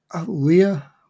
Leah